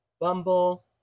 bumble